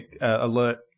alert